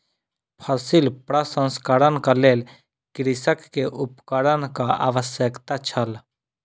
फसिल प्रसंस्करणक लेल कृषक के उपकरणक आवश्यकता छल